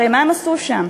הרי מה הם עשו שם?